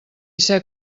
ser